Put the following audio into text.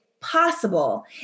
possible